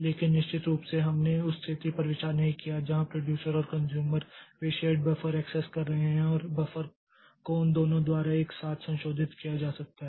लेकिन निश्चित रूप से हमने उस स्थिति पर विचार नहीं किया जहां प्रोड्यूसर और कन्ज़्यूमर वे शेर्ड बफर एक्सेस रहे हैं और बफर को उन दोनों द्वारा एक साथ संशोधित किया जा सकता है